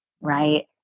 right